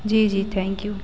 जी जी thank you